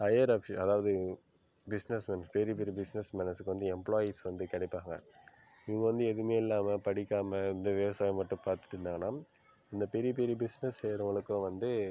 higher official அதாவது business man பெரிய பெரிய பிஸ்னெஸ்மேனஸுக்கு வந்து எம்ப்லாயிஸ் வந்து கிடைப்பாங்க இவங்க வந்து எதுவுமே இல்லாமல் படிக்காமல் இது விவசாயம் மட்டும் பார்த்துட்டு இருந்தாங்கனா இந்த பெரிய பெரிய பிஸ்னெஸ் செய்கிறவங்களுக்குலா வந்து